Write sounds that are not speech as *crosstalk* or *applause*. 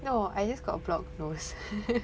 no I just got blocked nose *laughs*